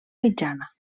mitjana